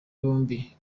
bombi